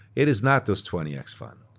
it is not those twenty x funds.